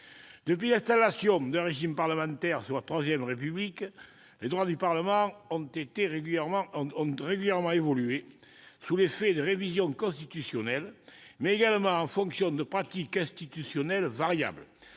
Depuis l'installation d'un régime parlementaire sous la III République, les droits du Parlement ont régulièrement évolué sous l'effet de révisions constitutionnelles, mais également en fonction de pratiques institutionnelles variables.